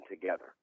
together